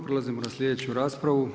Prelazimo na sljedeću raspravu.